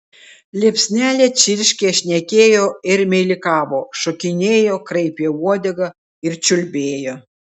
liepsnelė čirškė šnekėjo ir meilikavo šokinėjo kraipė uodegą ir čiulbėjo